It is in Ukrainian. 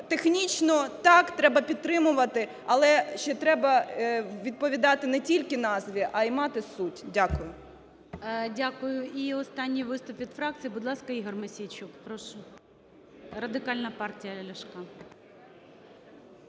технічно, так, треба підтримувати, але ще треба відповідати не тільки назві, а і мати суть. Дякую. ГОЛОВУЮЧИЙ. Дякую. І останній виступ від фракцій. Будь ласка, Ігор Мосійчук, прошу, Радикальна партія Ляшка.